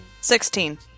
Sixteen